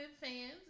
fans